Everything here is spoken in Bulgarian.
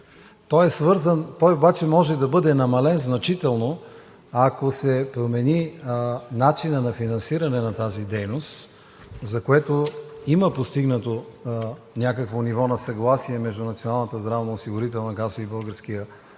Той обаче може да бъде намален значително, ако се промени начинът на финансиране на тази дейност, за което има постигнато някакво ниво на съгласие между Националната здравноосигурителна каса и Българския лекарски